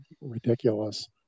ridiculous